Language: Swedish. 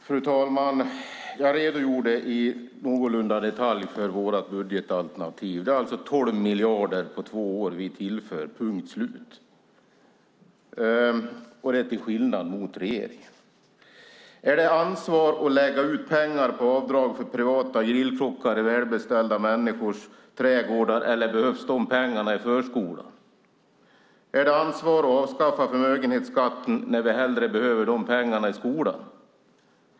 Fru talman! Jag redogjorde i någorlunda detalj för våra budgetalternativ. Det är alltså 12 miljarder på två år vi tillför punkt slut, det till skillnad mot regeringen. Är det ansvar att lägga ut pengar på avdrag för privata grillkockar i välbeställda människors trädgårdar, eller behövs de pengarna i förskolan? Är det ansvar att avskaffa förmögenhetsskatten när vi hellre behöver de pengarna i skolan?